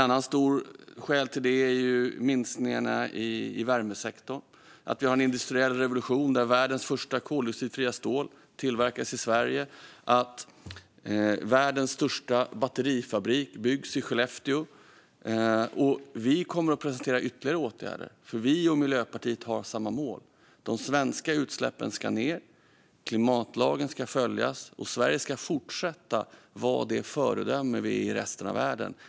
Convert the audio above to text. Andra stora skäl är minskningarna i värmesektorn, att vi har en industriell revolution där världens första koldioxidfria stål tillverkas i Sverige och att världens största batterifabrik byggs i Skellefteå. Vi kommer att presentera ytterligare åtgärder, för vi och Miljöpartiet har samma mål: De svenska utsläppen ska ned, klimatlagen ska följas och Sverige ska fortsätta vara det föredöme vi är i resten av världen.